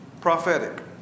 prophetic